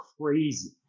crazy